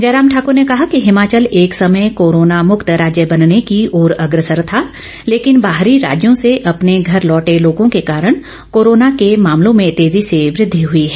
जयराम ठाकर ने कहा कि हिमाचल एक समय कोरोना मुक्त राज्य बनने की ओर अग्रसर था लेकिन बाहरी राज्यों से अपने घर लौटे लोगों के कारण कोरोना के मामलों में तेजी से वदि हुई है